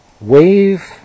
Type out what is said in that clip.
wave